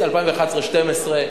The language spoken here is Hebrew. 2012-2011,